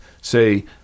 say